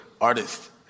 artist